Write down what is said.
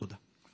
תודה.